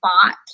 spot